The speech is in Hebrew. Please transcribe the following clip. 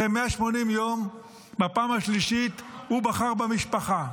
אחרי 180, יום בפעם השלישית הוא בחר במשפחה.